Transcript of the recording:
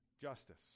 justice